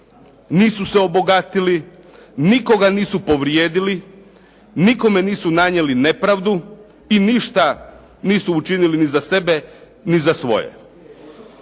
nisu se obogatili, nikoga nisu povrijedili, nikome nisu nanijeli nepravdu i ništa nisu učinili ni za sebe ni za svoje.